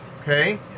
okay